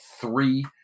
three